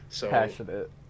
Passionate